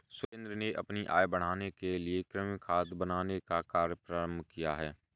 सुरेंद्र ने अपनी आय बढ़ाने के लिए कृमि खाद बनाने का कार्य प्रारंभ किया